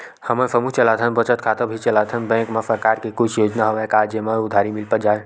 हमन समूह चलाथन बचत खाता भी चलाथन बैंक मा सरकार के कुछ योजना हवय का जेमा उधारी मिल जाय?